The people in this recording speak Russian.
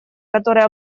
которые